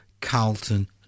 Carlton